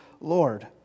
Lord